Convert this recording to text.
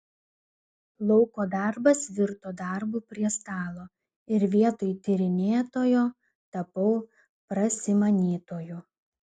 lauko darbas virto darbu prie stalo ir vietoj tyrinėtojo tapau prasimanytoju